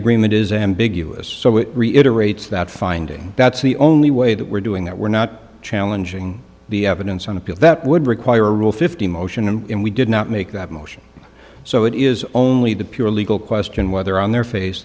agreement is ambiguous so it reiterates that finding that's the only way that we're doing that we're not challenging the evidence on appeal that would require rule fifty motion and we did not make that motion so it is only the pure legal question whether on their face